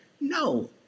no